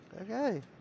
Okay